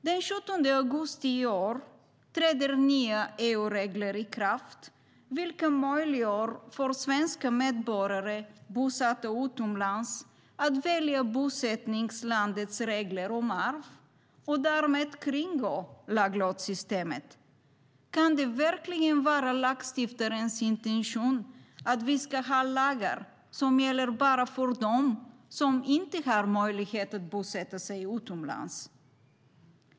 Den 17 augusti i år träder nya EU-regler i kraft vilka möjliggör för svenska medborgare bosatta utomlands att välja bosättningslandets regler om arv och därmed kringgå laglottssystemet. Kan det verkligen vara lagstiftarens intention att vi ska ha lagar som bara gäller för dem som inte har möjlighet att bosätta sig utomlands?